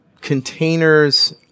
containers